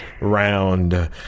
Round